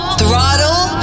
Throttle